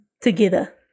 together